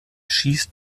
schießt